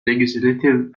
legislative